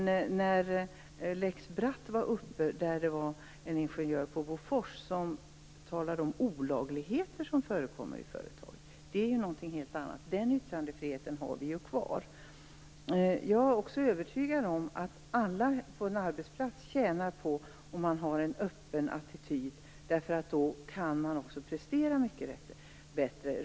Lex Bratt gällde en ingenjör på Bofors som talade om olagligheter som förekom i företaget, och det är något helt annat. Den yttrandefriheten finns kvar. Jag är också övertygad om att alla på en arbetsplats tjänar på att ha en öppen attityd. Då går det att prestera bättre.